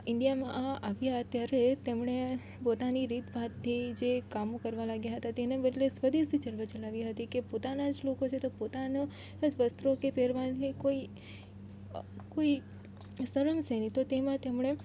ઈન્ડિયામાં આવ્યા ત્યારે તેમણે પોતાની રીત ભાતથી જે કામો કરવા લાગ્યા હતા તેને બદલે સ્વદેશી ચળવળ ચલાવી હતી કે પોતાના જ લોકો છે તો પોતાનો વસ્ત્રો કે પહેરવાની કોઈ કોઈ શરમ શેની તો તેમાં તેમણે